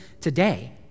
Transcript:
today